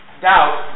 doubt